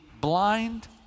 blind